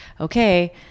okay